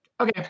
Okay